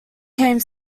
came